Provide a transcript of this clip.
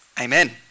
Amen